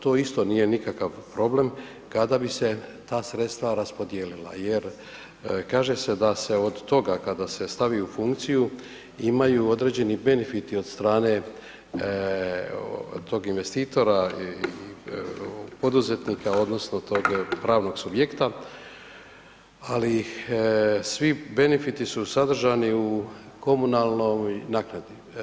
To isto nije nikakav problem kada bi se za sredstva raspodijelila jer kaže se da se od toga, kada se stavi u funkciju imaju određeni benefiti od strane tog investitora i poduzetnika odnosno tog pravnog subjekta, ali svi benefiti su sadržani u komunalnoj naknadi.